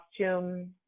costume